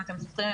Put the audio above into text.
אם אתם זוכרים,